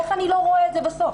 איך אני לא רואה את זה בסוף?